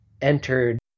entered